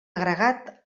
agregat